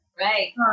Right